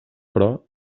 però